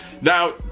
Now